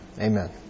amen